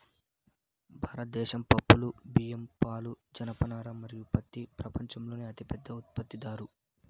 భారతదేశం పప్పులు, బియ్యం, పాలు, జనపనార మరియు పత్తి ప్రపంచంలోనే అతిపెద్ద ఉత్పత్తిదారు